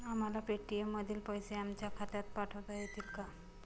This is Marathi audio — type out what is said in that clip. आम्हाला पेटीएम मधील पैसे आमच्या खात्यात पाठवता येतील का?